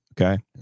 okay